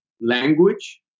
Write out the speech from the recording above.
language